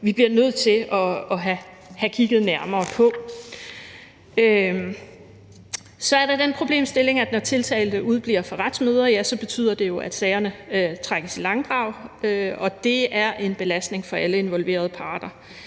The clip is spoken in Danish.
vi bliver nødt til at have kigget nærmere på. Så er der den problemstilling, der handler om, at de tiltalte udebliver fra retsmøder, som jo betyder, at sagerne trækkes i langdrag, og det er en belastning for alle involverede parter.